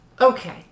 okay